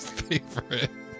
favorite